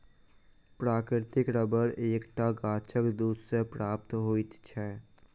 प्राकृतिक रबर एक टा गाछक दूध सॅ प्राप्त होइत छै